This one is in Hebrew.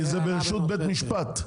כי זה ברשות בית משפט.